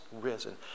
risen